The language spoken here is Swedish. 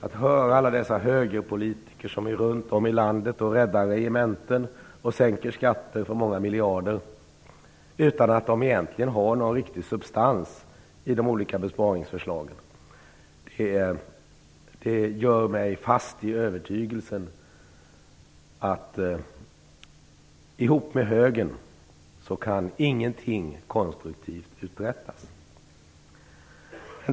Att höra alla högerpolitiker som runt om i vårt land talar om att rädda regementen och om att sänka skatter för många miljarder utan att de olika besparingsförslagen egentligen har en riktig substans gör mig fast övertygad om att ihop med högern kan inget konstruktivt uträttas.